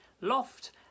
loft